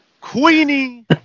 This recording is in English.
Queenie